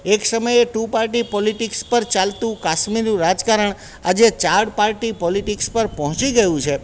એક સમયે two party politics પર ચાલતું કાશ્મીરનું રાજકારણ આજે ચાર પાર્ટી પોલિટીક્સ પર પહોંચી ગયું છે